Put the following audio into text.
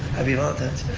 happy valentine's.